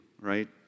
right